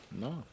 No